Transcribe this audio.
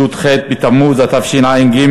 י"ח בתמוז התשע"ג,